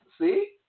See